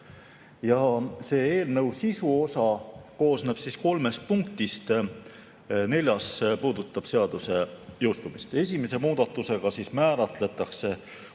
Eelnõu sisuosa koosneb kolmest punktist, neljas puudutab seaduse jõustumist. Esimese muudatusega määratletakse,